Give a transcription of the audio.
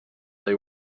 they